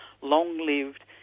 long-lived